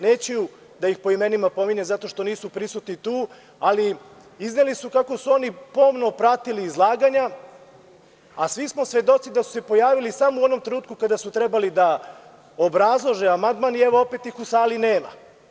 Neću da ih po imenima pominjem zato što nisu prisutni tu, ali izneli su kako su oni pomno pratili izlaganja, a svi smo svedoci da su se pojavili samo onog trenutka kada su trebali da obrazlože amandman i opet ih u sali nema.